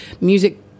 music